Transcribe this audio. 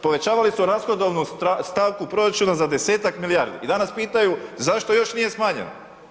Povećali su rashodovnu stavku proračuna za 10-ak milijardi i danas pitaju zašto još nije smanjeno?